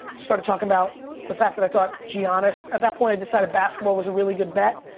started talking about the fact that i thought giannis, at that point i decided basketball was a really good bet,